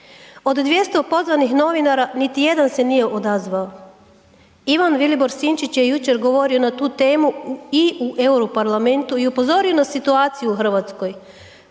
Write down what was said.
Od 200 pozvanih novinara, niti jedan se nije odazvao. Ivan Vilibor Sinčić je jučer govorio na tu temu i u EU parlamentu i upozorio na situaciju u Hrvatskoj,